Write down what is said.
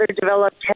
developed